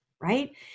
right